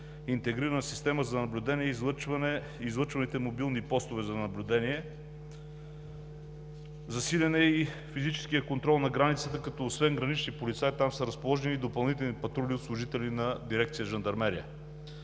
интегрирана система за наблюдение, излъчваните мобилни постове за наблюдение. Засилен е и физическият контрол на границата, като освен гранични полицаи там са разположени и допълнителни патрули от служители на Дирекция „Жандармерия“.